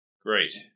Great